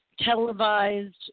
televised